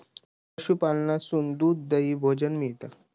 पशूपालनासून दूध, दही, भोजन मिळता